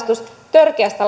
törkeästä